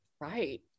right